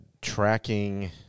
tracking